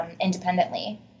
independently